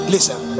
listen